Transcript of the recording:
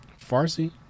Farsi